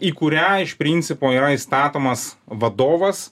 į kurią iš principo yra įstatomas vadovas